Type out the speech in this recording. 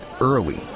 early